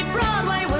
Broadway